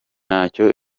ntacyo